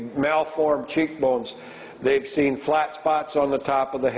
malformed cheek bones they've seen flat spots on the top of the